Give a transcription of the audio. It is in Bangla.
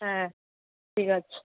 হ্যাঁ ঠিক আছে